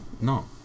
No